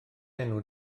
enw